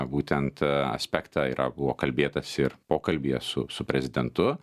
būtent aspektą yra buvo kalbėtasi ir pokalbyje su su prezidentu